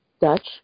Dutch